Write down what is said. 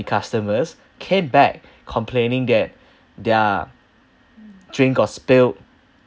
customers came back complaining that their drink got spilled